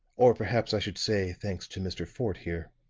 or perhaps i should say, thanks to mr. fort, here.